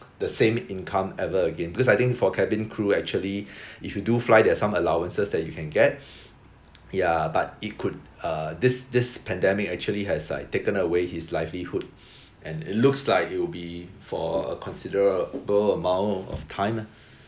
the same income ever again because I think for cabin crew actually if you do fly there're some allowances that you can get ya but it could err this this pandemic actually has like taken away his livelihood and it looks like it will be for a considerable amount of time lah